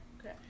okay